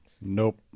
nope